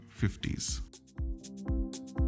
50s